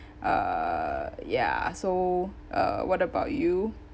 uh ya so uh what about you